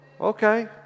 Okay